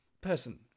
person